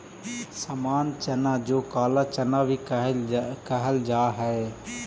सामान्य चना जो काला चना भी कहल जा हई